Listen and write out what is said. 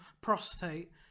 prostate